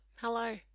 hello